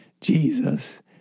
Jesus